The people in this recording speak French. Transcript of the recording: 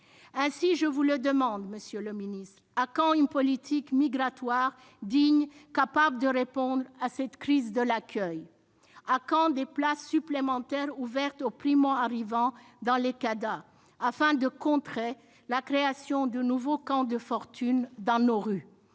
Ainsi, je vous le demande, monsieur le ministre : à quand une politique migratoire digne, capable de répondre à cette crise de l'accueil ? À quand des places supplémentaires ouvertes aux primo-arrivants dans les centres d'accueil de demandeurs d'asile (CADA), afin de contrer la création de nouveaux camps de fortune dans nos rues ?